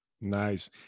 Nice